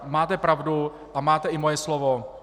Máte pravdu a máte i moje slovo.